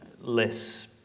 less